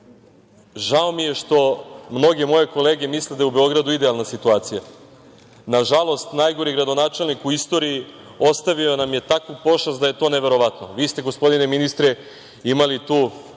mi je što mnoge moje kolege misle da je u Beogradu idealna situacija. Nažalost, najgori gradonačelnik u istoriji ostavio nam je takvu pošast da je to neverovatno. Gospodine ministre, vi ste